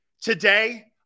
today